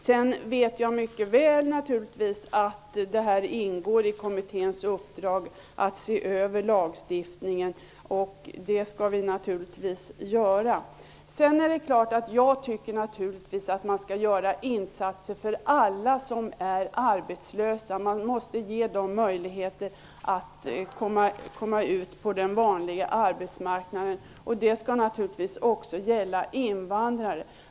Jag vet mycket väl att det ingår i kommitténs uppdrag att se över lagstiftningen, och det skall vi naturligtvis göra. Jag tycker vidare självfallet att man skall göra insatser för alla som är arbetslösa. De måste ges möjligheter att komma ut på den vanliga arbetsmarknaden, och det skall naturligtvis också gälla invandrare.